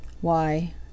Why